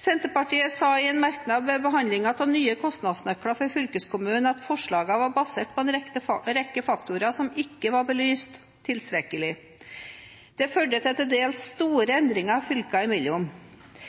Senterpartiet skrev i en merknad ved behandlingen av nye kostnadsnøkler for fylkeskommunene at forslagene var basert på en rekke faktorer som ikke var belyst tilstrekkelig. Det førte til til dels store endringer fylkene imellom.